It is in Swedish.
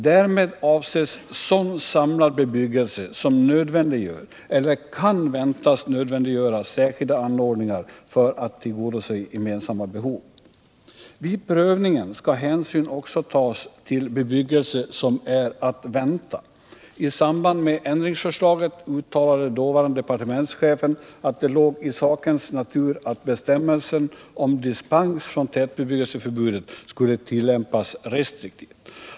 Därmed avses sådan samlad bebyggelse som nödvändiggör eller kan väntas nödvändiggöra särskilda anordningar för att tillgodose gemensamma behov. Vid prövningen skall hänsyn tas också till bebyggelse som är att vänta. I samband med ändringsförslaget uttalade departementschefen att det låg i sakens natur att bestämmelsen om dispens från tätbebyggelseförbudet skulle tillämpas restriktivt.